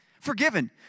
Forgiven